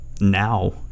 now